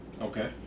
Okay